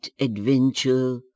adventure